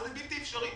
זה בלתי אפשרי.